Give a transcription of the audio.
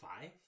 five